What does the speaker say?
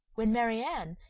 when marianne,